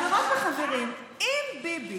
חברות וחברים, אם ביבי,